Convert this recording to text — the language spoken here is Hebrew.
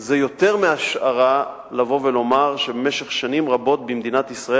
זה יותר מהשערה לבוא ולומר שבמשך שנים רבות במדינת ישראל